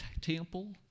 temple